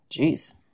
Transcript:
Jeez